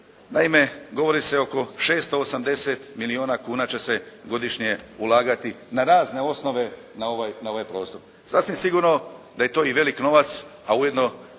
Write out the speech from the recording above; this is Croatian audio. naime govori se oko 680 milijuna kuna će se godišnje ulagati na razne osnove na ova prostor. Sasvim sigurno da je to i velik novac, a ujedno